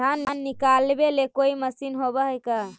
धान निकालबे के कोई मशीन होब है का?